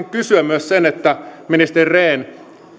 kysyä myös ministeri rehn